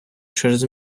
через